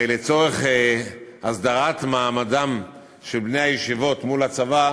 לצורך הסדרת מעמדם של בני הישיבות מול הצבא,